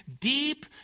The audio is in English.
deep